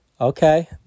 Okay